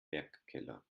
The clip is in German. werkkeller